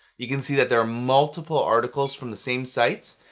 you can see that there are multiple articles from the same sites,